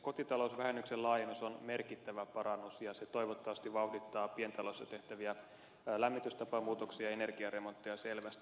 kotitalousvähennyksen laajennus on merkittävä parannus ja se toivottavasti vauhdittaa pientaloissa tehtäviä lämmitystapamuutoksia ja energiaremontteja selvästi